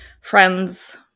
friend's